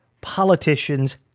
politicians